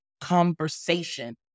conversation